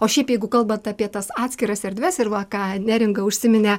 o šiaip jeigu kalbant apie tas atskiras erdves ir va ką neringa užsiminė